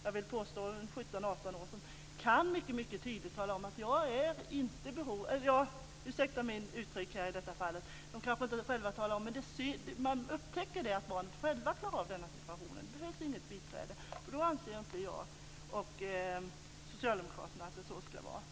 Jag vill påstå att det finns äldre barn, i åldern 17-18 år, hos vilka man kan se att de själva klarar av situationen. Det behövs inget biträde. Därför anser inte jag och socialdemokraterna att det ska vara så.